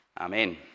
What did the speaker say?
Amen